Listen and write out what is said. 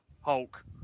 Hulk